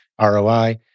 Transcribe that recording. ROI